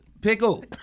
pickle